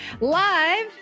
live